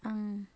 आं